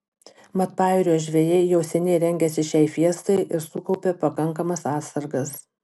mat pajūrio žvejai jau seniai rengėsi šiai fiestai ir sukaupė pakankamas atsargas